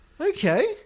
Okay